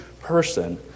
person